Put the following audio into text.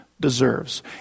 deserves